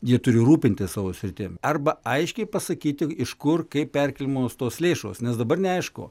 jie turi rūpintis savo sritim arba aiškiai pasakyti iš kur kaip perkeliamos tos lėšos nes dabar neaišku